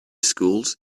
schools